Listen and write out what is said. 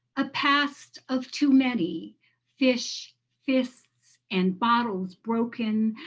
a past of too many fish, fists, and bottles broken,